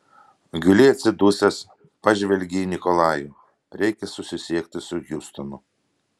giliai atsidusęs pažvelgė į nikolajų reikia susisiekti su hjustonu